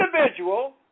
individual